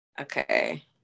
Okay